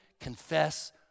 confess